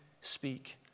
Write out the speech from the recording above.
speak